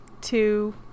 two